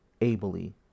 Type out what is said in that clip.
ably